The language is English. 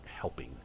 helping